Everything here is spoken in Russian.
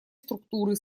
структуры